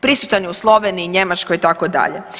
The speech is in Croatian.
Prisutan je u Sloveniji, Njemačkoj itd.